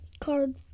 card